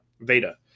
Veda